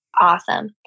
Awesome